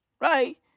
Right